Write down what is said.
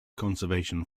conservation